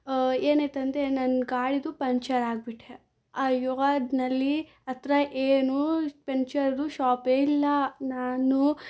ಏನಾಯ್ತಂದ್ರೆ ನನ್ನ ಗಾಳಿದು ಪಂಚರ್ ಆಗಿಬಿಟ್ಟೆ ಅಯ್ಯೋ ಅದ್ನಲ್ಲಿ ಹತ್ರ ಏನೂ ಪಂಚರ್ದು ಶಾಪೇ ಇಲ್ಲ ನಾನು